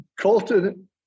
Colton